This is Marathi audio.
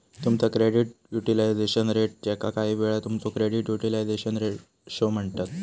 तुमचा क्रेडिट युटिलायझेशन रेट, ज्याका काहीवेळा तुमचो क्रेडिट युटिलायझेशन रेशो म्हणतत